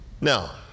Now